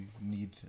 need